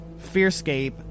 Fearscape